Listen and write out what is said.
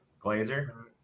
Glazer